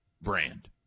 brand